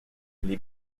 les